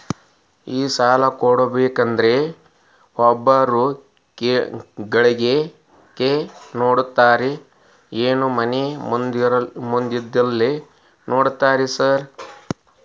ಈ ಸಾಲ ಕೊಡ್ಬೇಕಂದ್ರೆ ಒಬ್ರದ ಗಳಿಕೆ ನೋಡ್ತೇರಾ ಏನ್ ಮನೆ ಮಂದಿದೆಲ್ಲ ನೋಡ್ತೇರಾ ಸಾರ್?